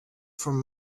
from